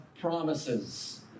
promises